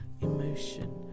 emotion